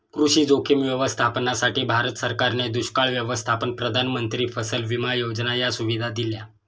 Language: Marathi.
कृषी जोखीम व्यवस्थापनासाठी, भारत सरकारने दुष्काळ व्यवस्थापन, प्रधानमंत्री फसल विमा योजना या सुविधा दिल्या